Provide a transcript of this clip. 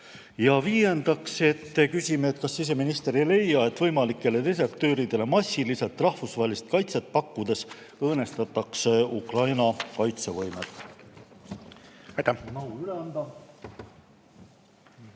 Ja viiendaks küsime: kas siseminister ei leia, et võimalikele desertööridele massiliselt rahvusvahelist kaitset pakkudes õõnestatakse Ukraina kaitsevõimet?